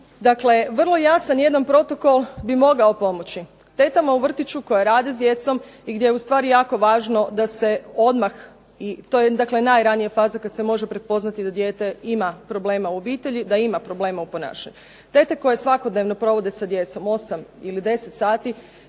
Dakle, vrlo jasan jedan protokol bi mogao pomoći. Tetama u vrtiću koje rade s djecom i gdje je ustvari jako važno da se odmah, to je najranija faza kada se može prepoznati da dijete ima problema u obitelji, dijete koje ima problema u ponašanju. Tete koje svakodnevno provode sa djecom 8 ili više sati,